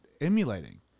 emulating